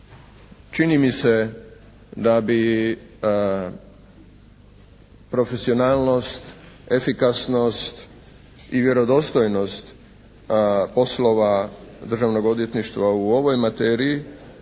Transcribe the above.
čini mi se da bi profesionalnost, efikasnost i vjerodostojnost poslova Državnog odvjetništva u ovoj materiji